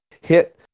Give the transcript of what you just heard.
hit